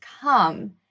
come